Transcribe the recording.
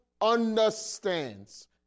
understands